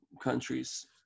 countries